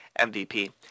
MVP